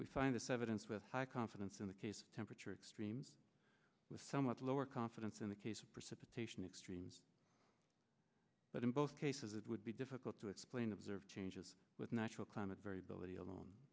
we find a seventh with high confidence in the case temperature extremes with somewhat lower confidence in the case of precipitation extremes but in both cases it would be difficult to explain observed changes with natural climate variability alone